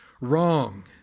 wrong